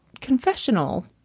confessional